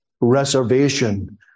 reservation